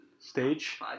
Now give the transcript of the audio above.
stage